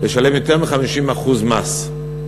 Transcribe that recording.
לשלם יותר מ-50% מס,